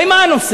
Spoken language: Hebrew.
הרי מה הנושא?